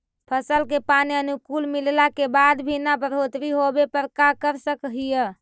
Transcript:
फसल के पानी अनुकुल मिलला के बाद भी न बढ़ोतरी होवे पर का कर सक हिय?